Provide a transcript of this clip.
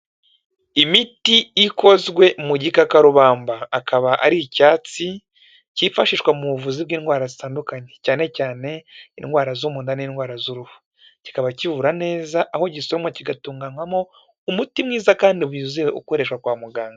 Imiti ikozwe mu gikakarubamba, akaba ari icyatsi cyifashishwa mu buvuzi bw'indwara zitandukanye, cyane cyane indwara zo munda n'indwara z'uruhu, kikaba kivura neza, aho igisoromwa kigatunganywamo umuti mwiza kandi wuzuye ukoreshwa kwa muganga.